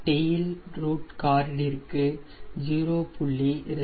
tail ரூட் கார்டிற்க்கு 0